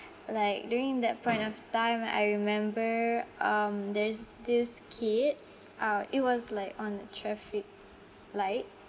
like during that point of time I remember um there's this kid uh it was like on a traffic light